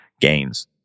gains